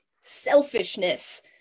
selfishness